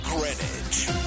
Greenwich